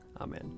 Amen